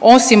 Osim